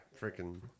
freaking